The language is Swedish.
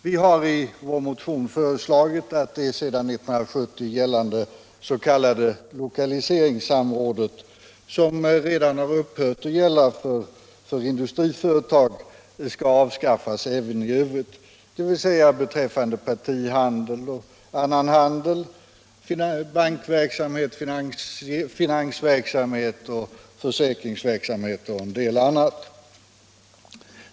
Vi har i vår motion föreslagit att det sedan 1970 gällande s.k. lokaliseringssamrådet, som redan har upphört att gälla för industriföretag, skall avskaffas även i övrigt, dvs. beträffande partihandel och annan handel, bankverksamhet, finansverksamhet, försäkringsverksamhet och en del annat.